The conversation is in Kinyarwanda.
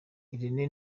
irene